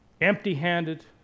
Empty-handed